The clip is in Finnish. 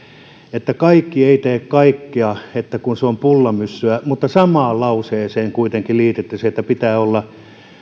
että kaikki eivät tee kaikkea ja että kun se on pullamössöä mutta samaan lauseeseen kuitenkin liititte sen että pitää olla